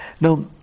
Now